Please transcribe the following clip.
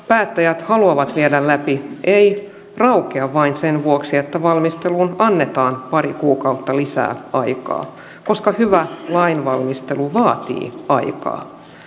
päättäjät haluavat viedä läpi ei raukea vain sen vuoksi että valmisteluun annetaan pari kuukautta lisää aikaa koska hyvä lainvalmistelu vaatii aikaa